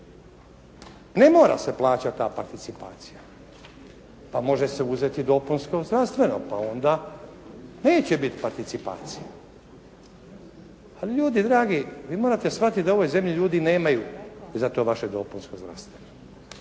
Ne mora se plaćati ta participacija. Pa može se uzeti dopunsko zdravstveno pa onda neće biti participacije. Ali ljudi dragi vi morate shvatiti da u ovoj zemlji ljudi nemaju za to vaše dopunsko zdravstveno.